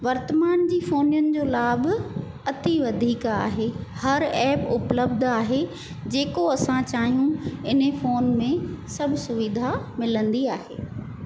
वर्तमान जी फोननि जो लाभ अति वधीक आहे हर ऐप उपलब्धु आहे जेको असां चाहियूं इन्हीअ फोन में सभु सुविधा मिलंदी आहे